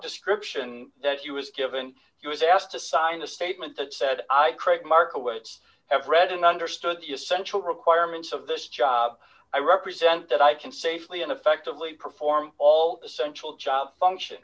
description that you was given he was asked to sign a statement that said i cribbed markowitz have read and understood the essential requirements of this job i represent that i can safely and effectively perform all the central job function